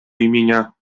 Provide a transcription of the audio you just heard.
imienia